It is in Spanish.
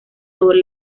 sobre